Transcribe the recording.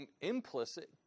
implicit